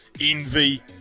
envy